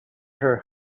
her